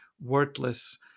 wordless